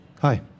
Hi